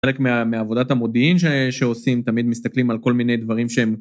חלק מעבודת המודיעין שעושים תמיד מסתכלים על כל מיני דברים שהם